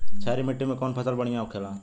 क्षारीय मिट्टी में कौन फसल बढ़ियां हो खेला?